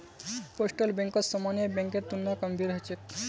postal बैंकत सामान्य बैंकेर तुलना कम भीड़ ह छेक